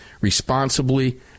responsibly